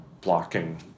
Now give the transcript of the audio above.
blocking